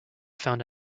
found